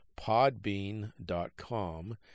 podbean.com